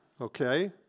Okay